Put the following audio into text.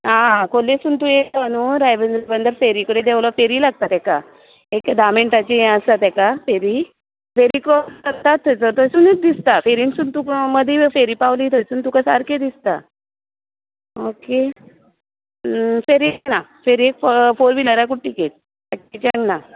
हां हां खोर्लेसून तू येयलो न्हू रायबंदर फेरी कडेन देवलो फेरी लागता तेका एक धा मिणटांची हें आसता तेका फेरी फेरी क्राॅस करता थंयसर थंयसनूच दिसता फेरींतसून तूं मदी जर फेरी पावली थंयसून तुका सारकें दिसता ऑके फेरयेक ना फेरयेक फॉर व्हिलरांकूच टिकेट बाकीच्यांक ना